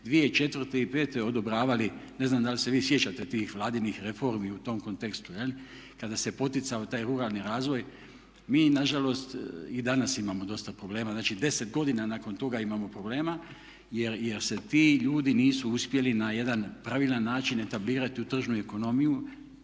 su se 2004. i pete odobravali, ne znam da li se vi sjećate tih vladinih reformi u tom kontekstu kada se poticao taj ruralni razvoj, mi na žalost i danas imamo dosta problema. Znači, 10 godina nakon toga imamo problema jer se ti ljudi nisu uspjeli na jedan pravilan način etablirati u tržnu ekonomiju,